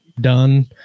done